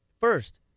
first